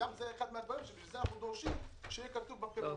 גם זה אחד הדברים שאנחנו דורשים שיהיה כתוב בפירוט.